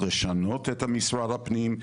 צריך לשנות את משרד הפנים,